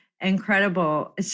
incredible